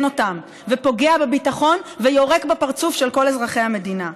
אותם ופוגע בביטחון ויורק בפרצוף של כל אזרחי המדינה.